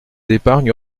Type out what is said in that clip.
d’épargne